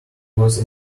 was